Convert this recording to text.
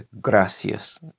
Gracias